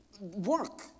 work